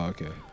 Okay